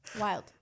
Wild